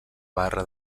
barra